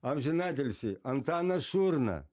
amžinatilsį antanas šurna